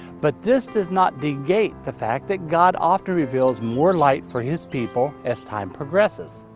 but this does not negate the fact that god often reveals more light for his people as time progresses.